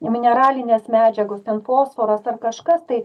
mineralinės medžiagos ten fosforas ar kažkas tai